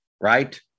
Right